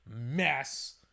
mess